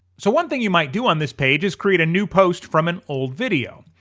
so one thing you might do on this page is create a new post from an old video.